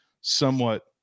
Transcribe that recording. somewhat